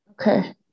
okay